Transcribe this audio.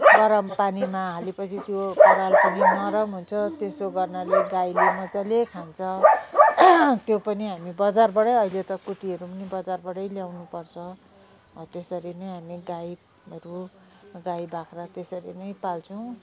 गरम पानीमा हालेपछि त्यो पराल पनि नरम हुन्छ त्यसो गर्नाले गाईले मजाले खान्छ त्यो पनि हामी बजारबाटै अहिले त कुटीहरू पनि बजारबाटै ल्याउनुपर्छ हो त्यसरी नै हामी गाईहरू गाई बाख्रा त्यसरी नै पाल्छौँ